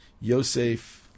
Yosef